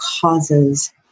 causes